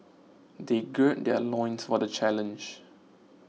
they gird their loins for the challenge